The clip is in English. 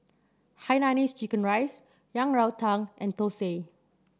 Hainanese Chicken Rice Yang Rou Tang and thosai